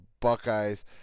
Buckeyes